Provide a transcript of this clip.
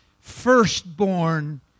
firstborn